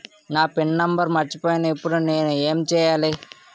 నా pin number మర్చిపోయాను ఇప్పుడు నేను ఎంచేయాలి?